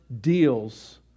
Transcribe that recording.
deals